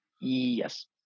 yes